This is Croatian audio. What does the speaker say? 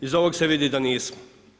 Iz ovog se vidi da nismo.